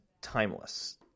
timeless